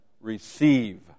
receive